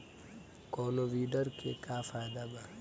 कौनो वीडर के का फायदा बा?